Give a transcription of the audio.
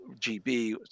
gb